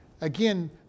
Again